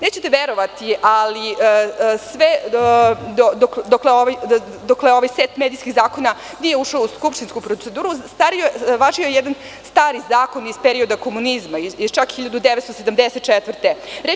Nećete verovati, ali dok ovaj set medijskih zakona nije ušao u skupštinsku proceduru, važio je jedan stari zakon iz perioda komunizma, iz 1974. godine.